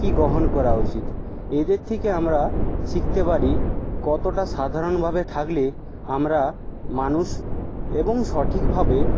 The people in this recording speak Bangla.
কি গ্রহণ করা উচিত এদের থেকে আমরা শিখতে পারি কতটা সাধারণভাবে থাকলে আমরা মানুষ এবং সঠিকভাবে